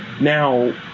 Now